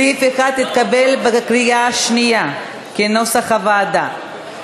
סעיף 1 התקבל בקריאה שנייה, כנוסח הוועדה.